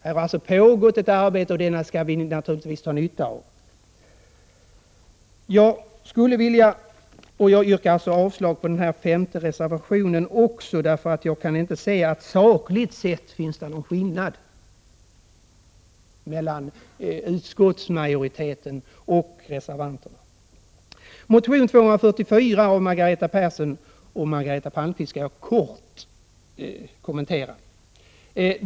Här har alltså pågått ett arbete, och det skall vi naturligtvis dra nytta av. Jag yrkar avslag även på reservation 5. Jag kan inte se att det sakligt sett finns någon skillnad mellan utskottsmajoritetens mening och reservanternas. Jag skall helt kort kommentera motion 244 av Margareta Persson och Margareta Palmqvist.